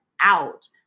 out